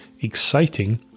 exciting